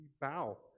bow